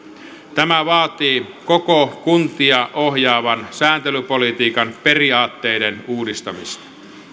tämä vaatii koko kuntia ohjaavan sääntelypolitiikan periaatteiden uudistamista